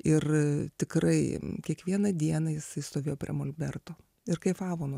ir tikrai kiekvieną dieną jisai stovėjo prie molberto ir kaifavo nuo